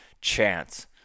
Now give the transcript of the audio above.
chance